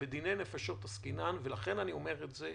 בדיני נפשות עסקינן, ולכן אני אומר את זה